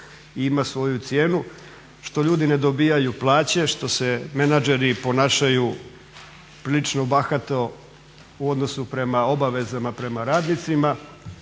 i ima svoju cijenu što ljudi ne dobivaju plaće, što se menadžeri ponašaju prilično bahato u odnosu prema obavezama prema radnicima.